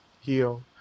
heal